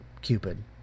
Cupid